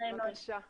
בבקשה.